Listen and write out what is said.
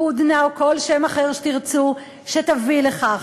"הודנה" או כל שם אחר שתרצו שתביא לכך